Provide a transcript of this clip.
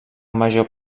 major